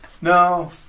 No